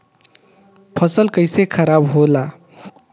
फसल कैसे खाराब होला?